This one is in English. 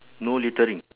no littering